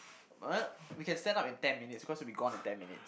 what we can stand up in ten minutes because we'll be gone in ten minute